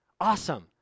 Awesome